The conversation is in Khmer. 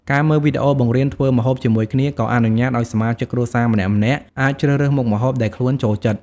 ការមើលវីដេអូបង្រៀនធ្វើម្ហូបជាមួយគ្នា ក៏អនុញ្ញាតឱ្យសមាជិកគ្រួសារម្នាក់ៗអាចជ្រើសរើសមុខម្ហូបដែលខ្លួនចូលចិត្ត ។